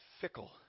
fickle